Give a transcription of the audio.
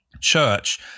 church